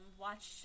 Watch